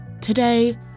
Today